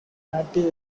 anti